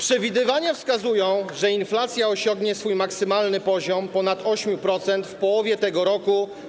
Przewidywania wskazują, że inflacja osiągnie swój maksymalny poziom ponad 8% w połowie tego roku.